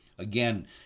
Again